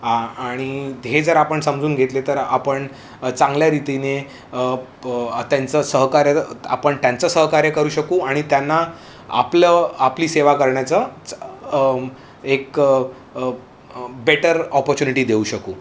आणि आणि हे जर आपण समजून घेतले तर आपण चांगल्या रीतीने त्यांचं सहकार्य आपण त्यांचं सहकार्य करू शकू आणि त्यांना आपलं आपली सेवा करण्याचं एक बेटर ऑपर्च्युनिटी देऊ शकू